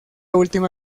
última